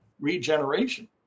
regeneration